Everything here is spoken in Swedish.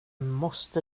måste